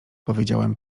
powiedziałem